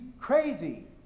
crazy